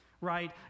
right